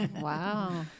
Wow